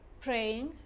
praying